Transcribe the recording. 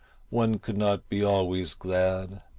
one could not be always glad,